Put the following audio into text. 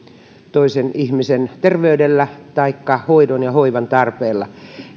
ihmisen terveydellä taikka hoidon ja hoivan tarpeella